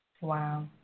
Wow